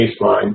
baseline